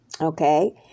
okay